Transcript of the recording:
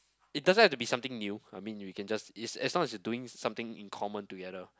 it doesn't have to be something new I mean you we can just is as long as we doing something in common together